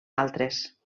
altres